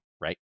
right